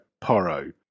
Porro